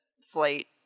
flight